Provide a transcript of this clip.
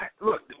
look